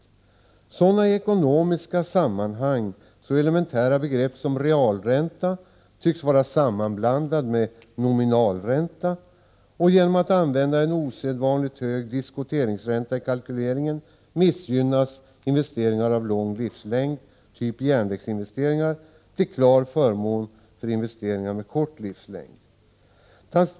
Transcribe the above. Sådana i ekonomiska sammanhang så elementära begrepp som realränta tycks vara sammanblandade med nominalränta. Genom att man räknar med en osedvanligt hög diskonteringsränta i kalkyleringen missgynnas investeringar med lång livslängd, typ järnvägsinvesteringar, till klar förmån för investeringar med kort livslängd.